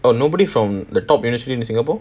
oh nobody from the top university in singapore